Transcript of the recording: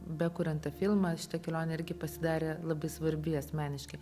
bekuriant tą filmą šita kelionė irgi pasidarė labai svarbi asmeniškai